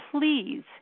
please